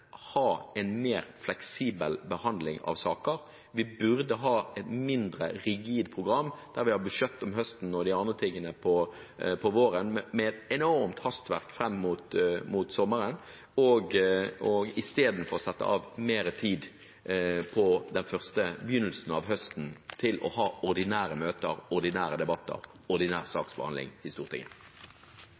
ha en mer fleksibel behandling av saker. Vi burde ha et mindre rigid program enn det vi har i dag, med budsjett om høsten og de andre tingene om våren, og med et enormt hastverk fram mot sommeren. Vi burde istedenfor sette av mer tid på begynnelsen av høsten til å ha ordinære møter, ordinære debatter og ordinær saksbehandling i Stortinget.